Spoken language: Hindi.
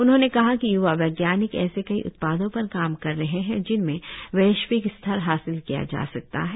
उन्होंने कहा कि य्वा वैज्ञानिक ऐसे कई उत्पादों पर काम कर रहे हैं जिनमें वैश्विक स्तर हासिल किया जा सकता है